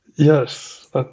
Yes